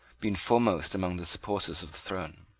been foremost among the supporters of the throne.